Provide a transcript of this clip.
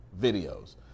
Videos